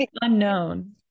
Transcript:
Unknown